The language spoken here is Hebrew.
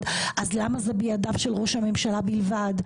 - אז למה זה בידיו של ראש הממשלה בלבד?